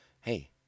hey